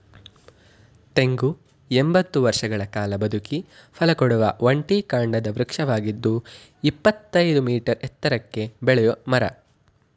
ತೆಂಗು ಎಂಬತ್ತು ವರ್ಷಗಳ ಕಾಲ ಬದುಕಿ ಫಲಕೊಡುವ ಒಂಟಿ ಕಾಂಡದ ವೃಕ್ಷವಾಗಿದ್ದು ಇಪ್ಪತ್ತಯ್ದು ಮೀಟರ್ ಎತ್ತರಕ್ಕೆ ಬೆಳೆಯೋ ಮರ